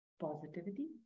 positivity